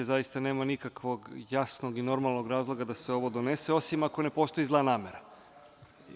Zaista nema nikakvog jasnog i normalnog razloga da se ovo donese, osim ako ne postoji zla namera.